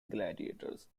gladiators